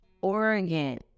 Oregon